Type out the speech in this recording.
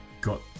got